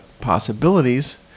possibilities